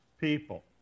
people